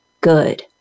good